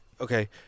okay